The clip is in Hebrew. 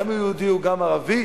גם יהודי וגם ערבי,